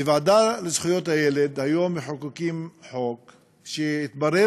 בוועדה לזכויות הילד מחוקקים חוק שהתברר